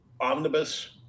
omnibus